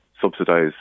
subsidise